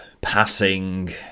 passing